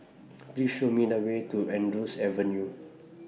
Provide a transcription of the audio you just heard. Please Show Me The Way to Andrews Avenue